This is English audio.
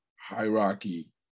hierarchy